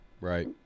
Right